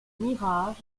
mirages